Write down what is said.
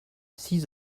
six